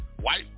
white